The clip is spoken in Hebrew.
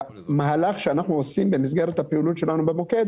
המהלך שאנחנו עושים במסגרת הפעילות שלנו במוקד